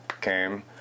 came